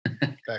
back